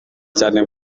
cyane